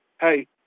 hey